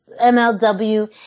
MLW